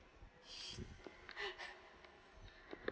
shh